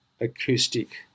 acoustic